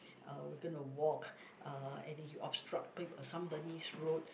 uh we gonna walk uh and you obstructing somebody's road